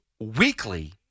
weekly